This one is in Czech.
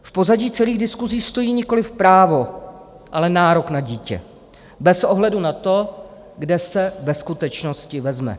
V pozadí celých diskusí stojí nikoliv právo, ale nárok na dítě, bez ohledu na to, kde se ve skutečnosti vezme.